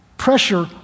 pressure